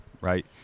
right